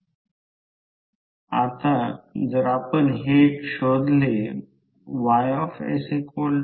तर म्हणूनच येथून येथून येथे मिन पाथ 0